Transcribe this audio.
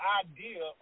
idea